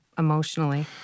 emotionally